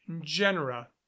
genera